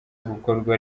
gukorwa